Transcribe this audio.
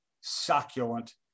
succulent